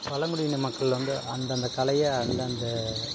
பழங்குடியின மக்கள் வந்து அந்தந்த கலையை அந்தந்த